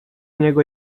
niego